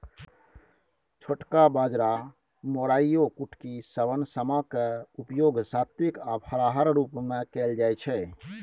छोटका बाजरा मोराइयो कुटकी शवन समा क उपयोग सात्विक आ फलाहारक रूप मे कैल जाइत छै